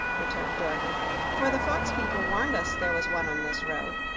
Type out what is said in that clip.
returned dorothy for the fox-people warned us there was one on this road.